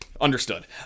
Understood